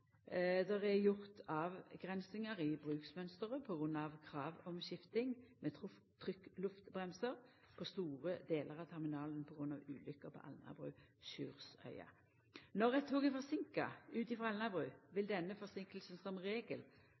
er gjort avgrensingar i bruksmønsteret på grunn av krav om skifting med trykkluftbremsar på store delar av terminalen på grunn av ulukka på Alnabru/Sjursøya. Når eit tog er forseinka ut frå Alnabru, vil denne forseinkinga som regel